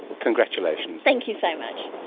congratulations. thank you so much.